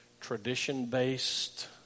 tradition-based